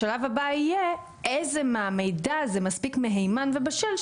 השלב הבא יהיה איזה מהמידע מספיק מהימן ובשל,